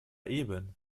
eben